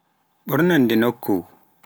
ɓoornaade nokku